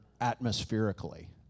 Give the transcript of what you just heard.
atmospherically